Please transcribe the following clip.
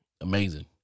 Amazing